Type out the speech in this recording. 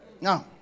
No